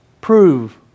prove